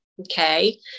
okay